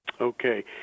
Okay